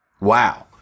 wow